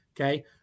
Okay